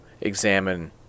examine